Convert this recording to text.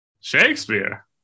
Shakespeare